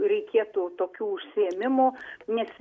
reikėtų tokių užsiėmimų nes